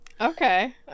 Okay